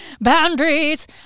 boundaries